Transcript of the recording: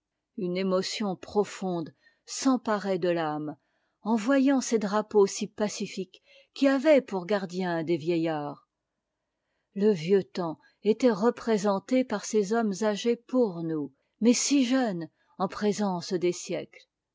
une émotion profonde s'emparait de t'âme en voyant ces drapeaux si pacifiques qui avaient pour gardiens des vieillards le vieux temps était représenté par ces hommes âgés pour nous mais si jeunes en présence des sièctes